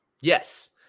Yes